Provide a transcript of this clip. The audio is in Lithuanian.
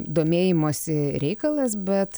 domėjimosi reikalas bet